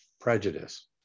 prejudice